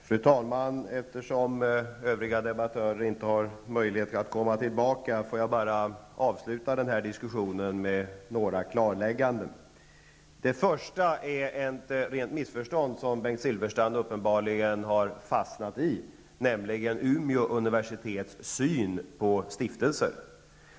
Fru talman! Eftersom övriga debattörer inte har möjlighet att återkomma skall jag nöja mig med att avsluta diskussionen med några klarlägganden. Bengt Silfverstrand har uppenbarligen fastnat i ett missförstånd när han talar om Umeå universitets syn på stiftelsen.